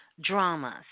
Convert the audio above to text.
dramas